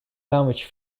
language